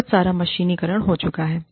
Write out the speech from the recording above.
बहुत सारा मशीनीकरण हो चुका है